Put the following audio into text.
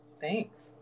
thanks